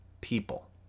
people